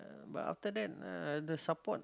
uh but after that uh the support